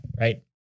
Right